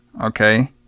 okay